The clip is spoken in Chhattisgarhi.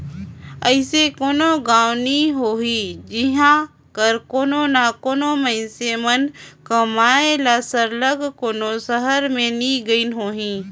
अइसे कोनो गाँव नी होही जिहां कर कोनो ना कोनो मइनसे मन कमाए ले सरलग कोनो सहर में नी गइन होहीं